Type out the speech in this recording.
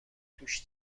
توش